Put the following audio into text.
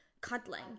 cuddling